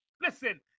Listen